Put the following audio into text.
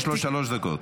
יש לו שלוש דקות.